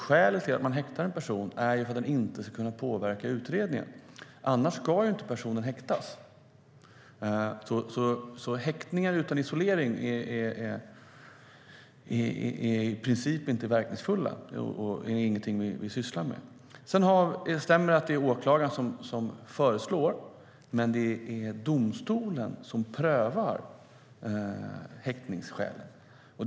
Skälet till att man häktar en person är för att den inte ska kunna påverka utredningen. Annars ska inte personen häktas. Häktningar utan isolering är i princip inte verkningsfulla och ingenting vi sysslar med. Det stämmer att det är åklagaren som föreslår. Men det är domstolen som prövar häktningsskälen.